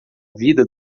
vida